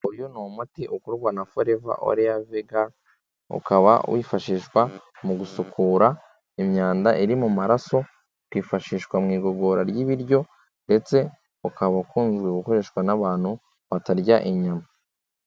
Uyu ni umuti ukururwa na Forever aloe vera, ukaba wifashishwa mu gusukura imyanda iri mu maraso, ukifashishwa mu igogora ry'ibiryo ndetse ukaba ukunze gukoreshwa n'abantu batarya inyama.